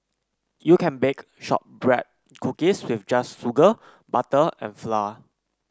you can bake shortbread cookies just with sugar butter and flour